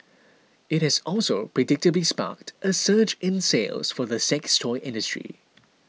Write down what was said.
it has also predictably sparked a surge in sales for the sex toy industry